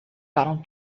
برام